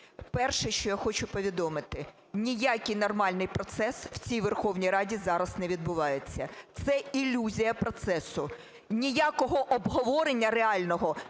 Перше, що я хочу повідомити. Ніякий нормальний процес в цій Верховній Раді зараз не відбувається. Це ілюзія процесу. Ніякого обговорення реального